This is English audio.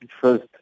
first